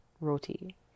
Roti